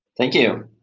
thank you.